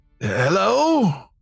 Hello